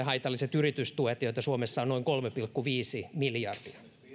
haitalliset yritystuet joita suomessa on noin kolme pilkku viisi miljardia